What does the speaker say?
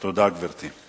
תודה, גברתי.